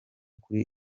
kuri